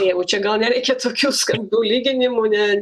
jeigu čia gal nereik čia tokių skambių lyginimų ne